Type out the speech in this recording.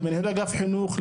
למנהל אגף חינוך,